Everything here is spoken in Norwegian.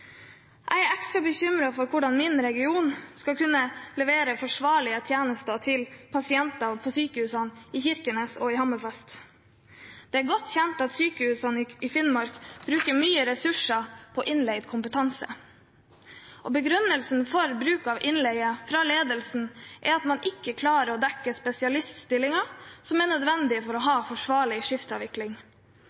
Jeg er ekstra bekymret for hvordan min region skal kunne levere forsvarlige tjenester til pasienter på sykehusene i Kirkenes og Hammerfest. Det er godt kjent at sykehusene i Finnmark bruker mye ressurser på innleid kompetanse. Begrunnelsen fra ledelsen for bruk av innleie er at man ikke klarer å dekke spesialiststillinger som er nødvendige for å ha en forsvarlig skiftavvikling.